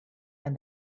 and